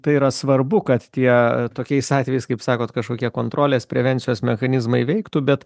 tai yra svarbu kad tie tokiais atvejais kaip sakot kažkokie kontrolės prevencijos mechanizmai veiktų bet